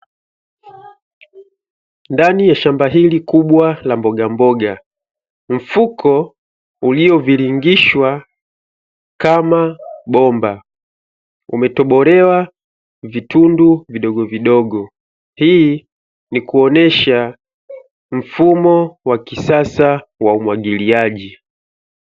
Ndani ya shamba hili kubwa la mbogamboga, mfuko uliyoviringishwa kama bomba, umetobolewa vitundu vidogovidogo, hii ni kuonyesha mfumo wa kisasa wa umwagiliaji.